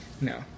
No